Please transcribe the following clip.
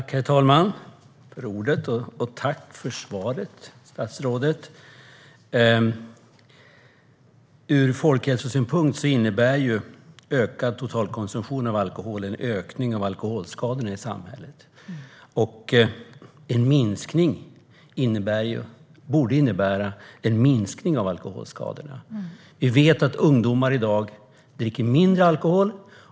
Herr talman! Jag tackar statsrådet för svaret. Ur folkhälsosynpunkt innebär ökad totalkonsumtion av alkohol en ökning av alkoholskadorna i samhället. En minskad konsumtion borde innebära en minskning av alkoholskadorna. Dagens ungdomar dricker mindre alkohol.